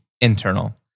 internal